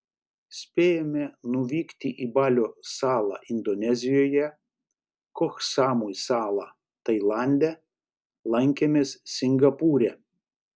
spėjome nuvykti į balio salą indonezijoje koh samui salą tailande lankėmės singapūre